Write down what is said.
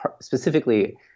specifically